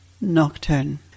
Nocturne